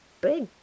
big